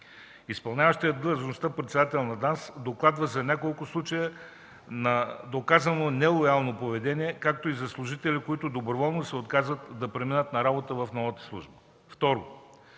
Изпълняващият длъжността „председател на ДАНС” докладва за няколко случая на доказано нелоялно поведение, както и за служители, които доброволно се отказват да преминат на работа в новата служба.